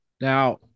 now